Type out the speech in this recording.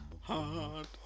hard